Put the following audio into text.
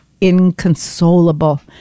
inconsolable